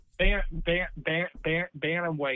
bantamweight